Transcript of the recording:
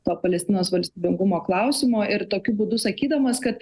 to palestinos valstybingumo klausimo ir tokiu būdu sakydamas kad